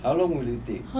how long will it take